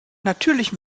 natürlich